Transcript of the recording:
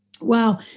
Wow